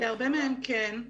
להרבה מהם כן,